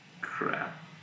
crap